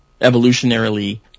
evolutionarily